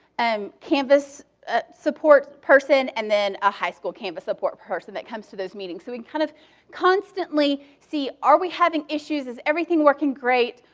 um canvas ah support person, and then a high school canvas support person that comes to those meetings. so we kind of constantly see, are we having issues? is everything working great?